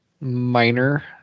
minor